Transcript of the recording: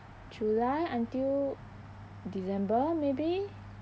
july until december maybe